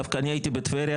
דווקא אני הייתי בטבריה,